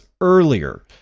earlier